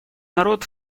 народ